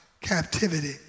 captivity